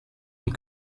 und